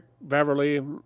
Beverly